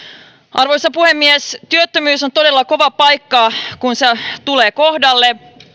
arvoisa puhemies työttömyys on todella kova paikka kun se tulee kohdalle